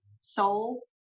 soul